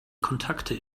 kontakte